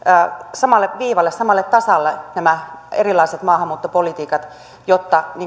samalle viivalle samalle tasalle nämä erilaiset maahanmuuttopolitiikat jotta